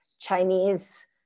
Chinese